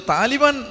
Taliban